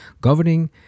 governing